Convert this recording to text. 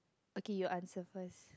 okay you answer first